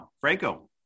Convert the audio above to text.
Franco